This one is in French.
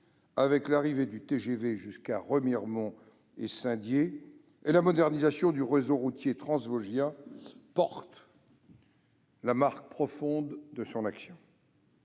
avec l'arrivée du TGV jusqu'à Remiremont et Saint-Dié et la modernisation du réseau routier transvosgien, portent la marque profonde de son action.